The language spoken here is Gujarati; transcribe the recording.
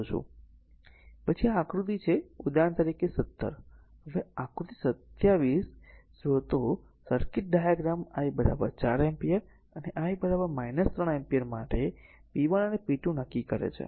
પછી આ આકૃતિ છે ઉદાહરણ તરીકે 17 હવે આકૃતિ 27 સ્રોતો સર્કિટ ડાયાગ્રામ I 4 એમ્પીયર અને I 3 એમ્પીયર માટે p 1 અને p2 નક્કી કરે છે